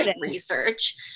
research